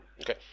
Okay